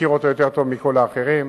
מכיר אותו יותר טוב מכל האחרים,